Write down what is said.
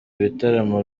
bitaramo